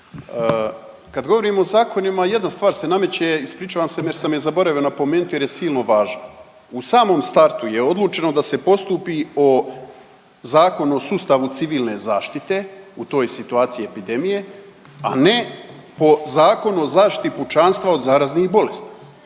Kad govorimo o zakonima, jedna stvar se nameće, ispričavam se jer sam je zaboravio napomenuti jer je silno važna. U samom startu je odlučeno da se postupi o Zakonu o sustavu civilne zaštite, u toj situaciji epidemije, a ne po Zakonu o zaštiti pučanstva od zaraznih bolesti.